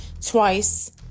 twice